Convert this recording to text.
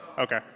Okay